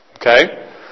Okay